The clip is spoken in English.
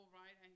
right